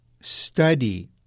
study